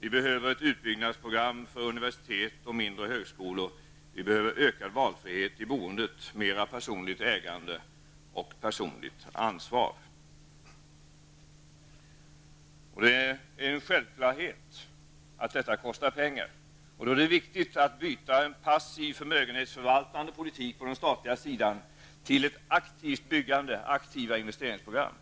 Vi behöver ett utbyggnadsprogram för universitet och mindre högskolor. Vi behöver ökad valfrihet i boendet, mer personligt ägande och personligt ansvar. Det är en självklarhet att detta kostar pengar. Då är det viktigt att byta en passiv förmögenhetsförvaltande politik på den statliga sidan till ett aktivt byggande och aktiva investeringsprogram.